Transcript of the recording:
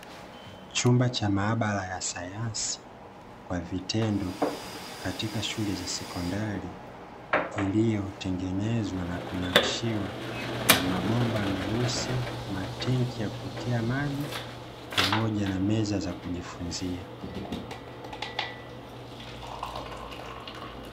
Chumba cha maabara ya sayansi kwa vitendo katika shule za sekondari, iliyotengenezwa na kunakshiwa na mabomba meusi, matenki ya kuwekea maji, pamoja na meza za kujifunzia.